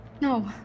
No